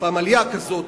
פמליה כזאת,